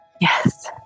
Yes